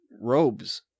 robes